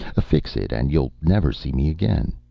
affix it, and you'll never see me again.